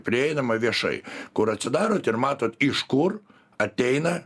prieinama viešai kur atsidarot ir matot iš kur ateina